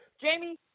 Jamie